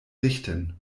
richten